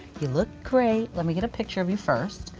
you look great. let me get a picture of you first.